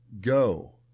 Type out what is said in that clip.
go